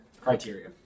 Criteria